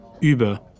Über